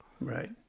right